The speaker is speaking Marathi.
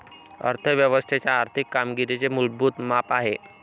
अर्थ व्यवस्थेच्या आर्थिक कामगिरीचे मूलभूत माप आहे